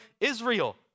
Israel